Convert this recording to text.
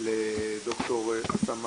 לד"ר אסמאא